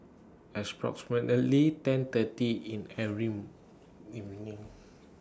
ten thirty in every evening